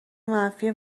منفی